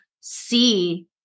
see